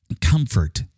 comfort